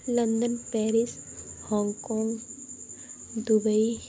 London Paris Hong Kong Dubai